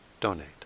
donate